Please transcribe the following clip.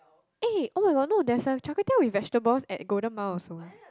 eh [oh]-my-god there's a char-kway-teow with vegetables at Golden-Mile also